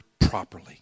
properly